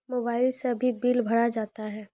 Mobile से भी bill भरा जाता हैं?